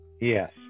Yes